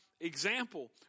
example